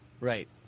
Right